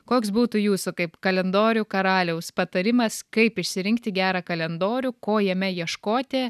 koks būtų jūsų kaip kalendorių karaliaus patarimas kaip išsirinkti gerą kalendorių ko jame ieškoti